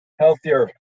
healthier